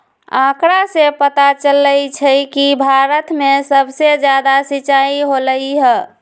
आंकड़ा से पता चलई छई कि भारत में सबसे जादा सिंचाई होलई ह